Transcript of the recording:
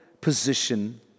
position